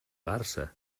garsa